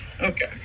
Okay